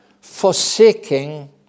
forsaking